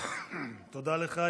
תודה לך.